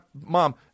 mom